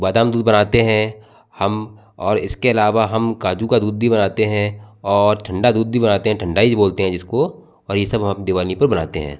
अ बादाम दूध बनाते हैं हम और इसके अलावा हम काजू का दूध भी बनाते हैं और ठंडा दूध भी बनाते हैं ठंडाई बोलते हैं जिसको और ये सब हम दिवाली पर बनाते हैं